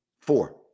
four